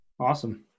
Awesome